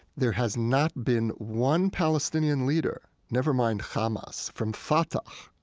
there has not been one palestinian leader never mind hamas from fatah,